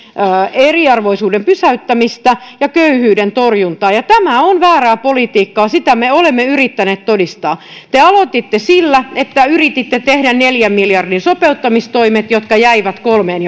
eriarvoisuuden pysäyttämistä ja köyhyyden torjuntaa tämä on väärää politiikkaa sitä me olemme yrittäneet todistaa te aloititte sillä että yrititte tehdä neljän miljardin sopeuttamistoimet jotka jäivät kolmeen